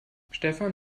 stefan